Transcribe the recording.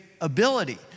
ability